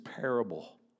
parable